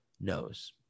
knows